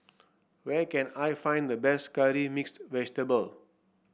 where can I find the best Curry Mixed Vegetable